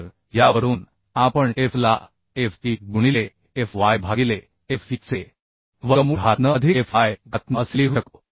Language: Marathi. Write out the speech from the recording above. तर यावरून आपण f ला f e गुणिले f y भागिले f e चे वर्गमूळ घात n अधिक f y घात n असे लिहू शकतो